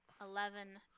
eleven